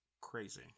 crazy